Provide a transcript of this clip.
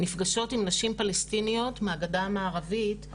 נפגשות עם נשים פלסטיניות מהגדה המערבית,